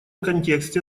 контексте